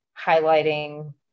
highlighting